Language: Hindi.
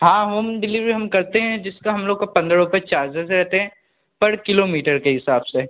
हाँ होम डिलीवरी हम करते हैं जिसका हम लोग का पन्द्रह रुपये चार्जेज़ रहेते हैं पर किलोमीटर के हिसाब से